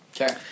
Okay